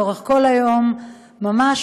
לאורך כל היום ממש,